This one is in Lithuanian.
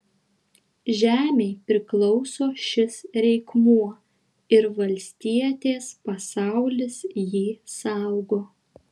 žemei priklauso šis reikmuo ir valstietės pasaulis jį saugo